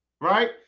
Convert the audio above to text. Right